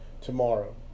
tomorrow